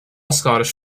scottish